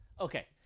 Okay